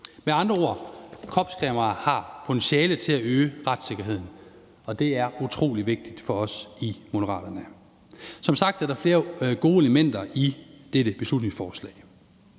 Med andre ord har kropskameraer potentiale til at øge retssikkerheden, og det er utrolig vigtigt for os i Moderaterne. Som sagt er der flere gode elementer i dette beslutningsforslag.